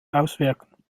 auswirken